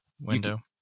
window